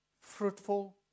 fruitful